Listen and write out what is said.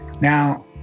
Now